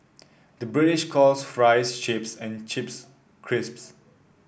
the British calls fries chips and chips crisps